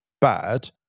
bad